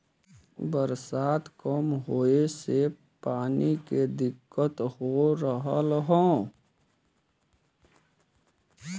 बरसात कम होए से पानी के दिक्कत हो रहल हौ